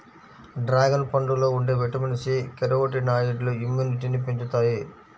dragon పండులో ఉండే vitamin C, కెరోటినాయిడ్లు ఇమ్యునిటీని పెంచుతాయి